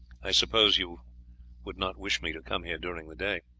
i suppose you would not wish me to come here during the day.